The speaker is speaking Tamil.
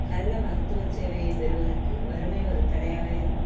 நல்ல மருத்துவ சேவையை பெறுவதற்கு வறுமை ஒரு தடையாக